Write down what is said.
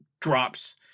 drops